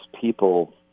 people